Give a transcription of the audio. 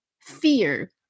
fear